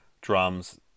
drums